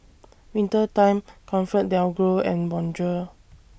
Winter Time ComfortDelGro and Bonjour